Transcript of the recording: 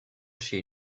chez